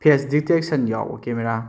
face detection ꯌꯥꯎꯕ camera